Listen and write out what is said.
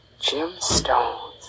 gemstones